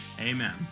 Amen